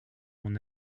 mon